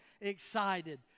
excited